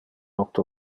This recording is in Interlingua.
octo